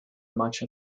much